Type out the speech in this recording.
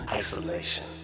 isolation